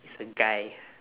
is a guy